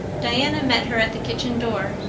diana met her at the kitchen door.